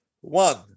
One